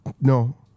No